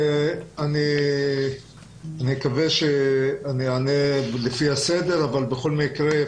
אני מקווה שאני אענה לפי סדר השאלות אבל בכל מקרה,